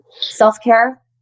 self-care